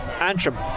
Antrim